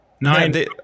nine